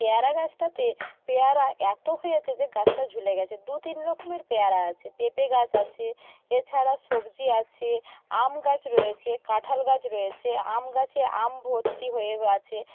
পেয়ারা গাছটাতে পেয়ারা এত হয়েছে যে গাছটা ঝুলে গেছে দু তিন রকমের পেয়ারা আছে পেঁপে গাছ আছে এছাড়া সবজি আছে আম গাছ রয়েছে কাঁঠাল গাছ রয়েছে আম গাছে আম ভর্তি হয়েও আছে